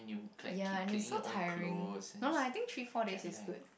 ya and that's so tiring no lah I think three four days is good